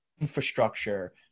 infrastructure